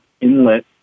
inlet